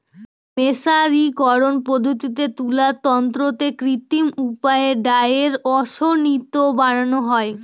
মের্সারিকরন পদ্ধতিতে তুলার তন্তুতে কৃত্রিম উপায়ে ডাইয়ের আসক্তি বাড়ানো হয়